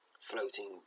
Floating